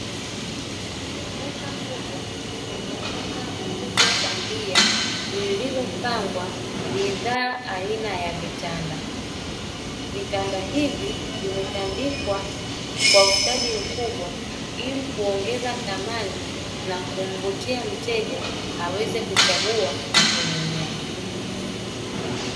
Duka kubwa lenye mwanga mkubwa bandia lililopangwa bidhaa aina ya vitanda. Vitanda hivi vimetandikwa kwa ustadi mkubwa ili kuongeza thamani na kumvutia mteja aweze kuchagua na kununua.